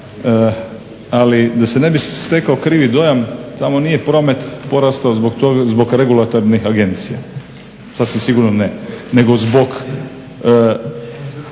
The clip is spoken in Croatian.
ali da se ne bi stvorio krivi dojam tamo nije promet porasta zbog regulatornih agencija, sasvim sigurno ne, nego zbog